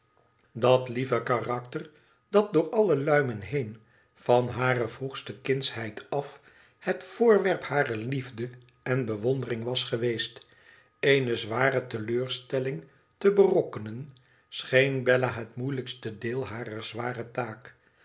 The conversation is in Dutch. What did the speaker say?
dat lieve karakter dat door alle luimen heen van hare vroegste kindsheid af het voorwerp harer liefde en bewondering was geweest eene zware teleurstelling te berokkenen scheen bella het moeilijkste deel harer zware taak